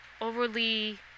overly